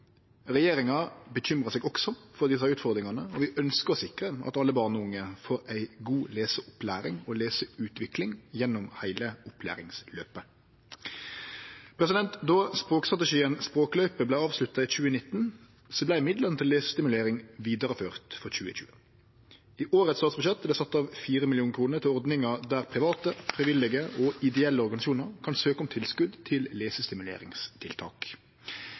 Regjeringa bekymrar seg også for desse utfordringane, og vi ønskjer å sikre at alle barn og unge får ei god leseopplæring og leseutvikling gjennom heile opplæringsløpet. Då språkstrategien Språkløyper vart avslutta i 2019, vart midlane til lesestimulering vidareførte frå 2020. I årets statsbudsjett er det sett av 4 mill. kr til ordninga, der private, frivillige og ideelle organisasjonar kan søkje om tilskot til lesestimuleringstiltak.